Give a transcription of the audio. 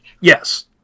Yes